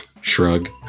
Shrug